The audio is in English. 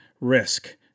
Risk